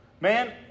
man